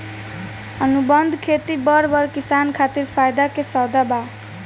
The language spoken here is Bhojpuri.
अनुबंध खेती बड़ बड़ किसान खातिर फायदा के सउदा बा